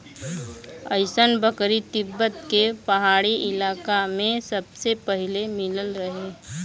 अइसन बकरी तिब्बत के पहाड़ी इलाका में सबसे पहिले मिलल रहे